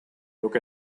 look